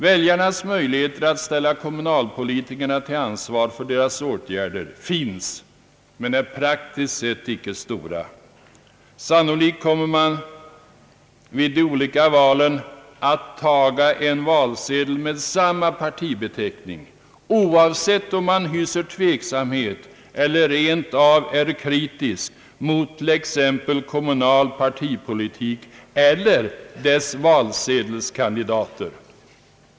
Väljarnas möjligheter att ställa kommunalpolitikerna till ansvar för deras åtgärder finns men är praktiskt sett icke stora. Sannolikt kommer man vid de olika valen att ta en valsedel med samma partibeteckning, oavsett om man hyser tveksamhet eller rent av är kritisk mot t.ex. kommunal partipolitik eller dess valsedelskandidater.